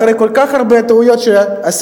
אחרי כל כך הרבה טעויות שעשיתם,